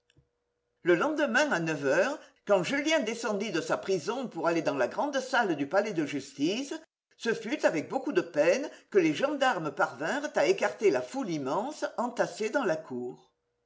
le lendemain à neuf heures quand julien descendit de sa prison pour aller dans la grande salle du palais de justice ce fut avec beaucoup de peine que les gendarmes parvinrent à écarter la foule immense entassée dans la cour